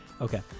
Okay